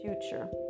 future